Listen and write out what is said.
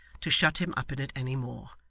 to shut him up in it any more,